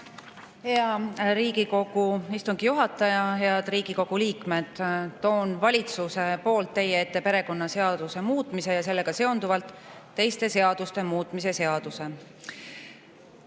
Hea Riigikogu istungi juhataja! Head Riigikogu liikmed! Toon valitsuse poolt teie ette perekonnaseaduse muutmise ja sellega seonduvalt teiste seaduste muutmise seaduse